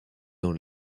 dans